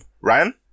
Ryan